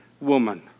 woman